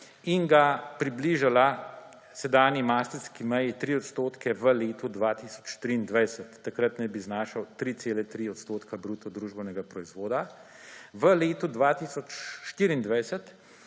in ga približala sedanji Maastrichtski meji, 3 odstotke v letu 2023. Takrat naj bi znašal 3,3 odstotka bruto družbenega proizvoda. V letu 2024